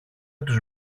τους